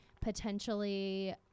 potentially